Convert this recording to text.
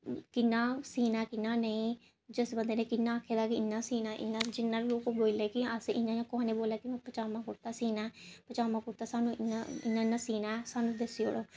कि'यां सीना ऐ कि'यां नेईं जिस बंदे ने कि'यां आखेदा ऐ कि इ'यां सीना इ'यां सीना जियां लोक बोले कि आसें कुसै ने बोलेआ कि पजामा कुर्ता सीना ऐ पजामा कुर्ता सानूं इ'यां इ'यां सीना ऐ सानूं दस्सी ओह्ड़ो